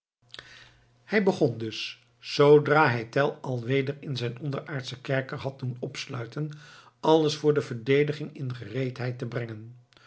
hij begon dus zoodra hij tell alweer in zijn onderaardschen kerker had doen opsluiten alles voor de verdediging in gereedheid te brengen